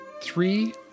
three